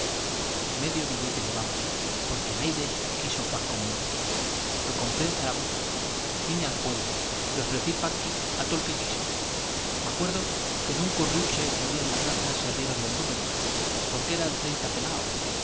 medio billete llevaba porque naide quiso juar con le migo lo compré en zaragoza vine al pueblo ofrecí parte á tóo el que quiso m'acuerdo que en un corrinche que había en la plaza se rieron del número j porque era el treinta pelao